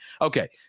Okay